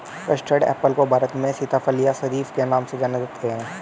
custard apple को भारत में सीताफल या शरीफा के नाम से जानते हैं